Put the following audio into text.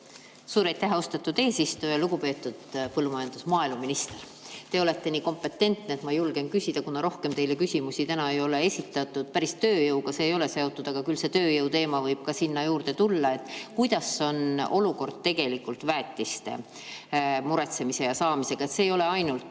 Suur aitäh, austatud eesistuja! Lugupeetud maaeluminister! Te olete nii kompetentne, et ma julgen küsida, kuna rohkem teile küsimusi täna ei ole esitatud. Päris tööjõuga see ei ole seotud, aga küll see tööjõu teema võib ka sinna juurde tulla. Kuidas on olukord tegelikult väetiste muretsemise ja saamisega? See ei ole ainult